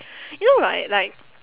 you know right like